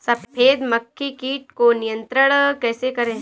सफेद मक्खी कीट को नियंत्रण कैसे करें?